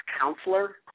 counselor